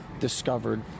discovered